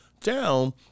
down